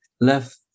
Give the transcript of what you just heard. left